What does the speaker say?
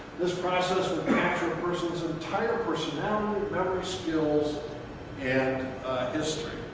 this process would capture a person's entire personality, memory, skills and history.